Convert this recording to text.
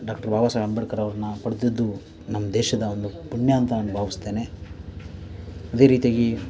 ಬಾಬಾ ಸಾಹೇಬ್ ಅಂಬೇಡ್ಕರವರನ್ನ ಪಡೆದದ್ದು ನಮ್ಮ ದೇಶದ ಒಂದು ಪುಣ್ಯ ಅಂತ ನಾನು ಭಾವಿಸ್ತೇನೆ ಅದೇ ರೀತಿಯಾಗಿ